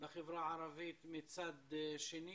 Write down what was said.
בחברה הערבית מצד שני